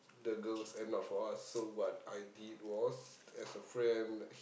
the girls and not for us so what I did was as a friend